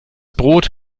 brot